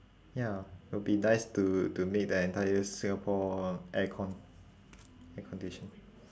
ya will be nice to to make the entire singapore aircon air condition